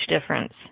difference